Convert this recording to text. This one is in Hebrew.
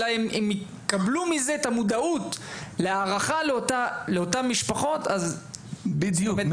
הם יקבלו מזה את המודעות להערכה לאותן משפחות --- בדיוק,